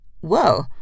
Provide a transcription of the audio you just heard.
Whoa